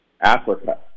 Africa